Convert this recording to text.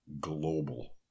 global